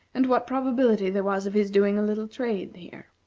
and what probability there was of his doing a little trade here.